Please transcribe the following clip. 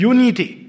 Unity